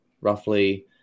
roughly